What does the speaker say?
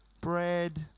bread